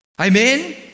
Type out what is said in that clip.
Amen